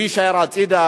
הוא יישאר בצד.